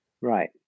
Right